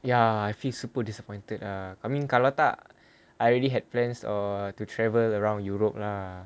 ya I feel super disappointed ah I mean kalau tak I already had plans or to travel around europe lah